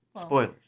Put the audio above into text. Spoilers